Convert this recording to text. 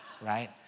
right